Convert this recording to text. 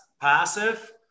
passive